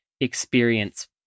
experience